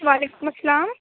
وعلیکم السّلام